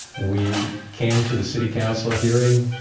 we came to the city council hearing.